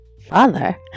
father